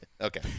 Okay